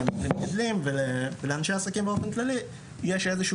למגדלים ולאנשי עסקים באופן כללי יש איזה שהיא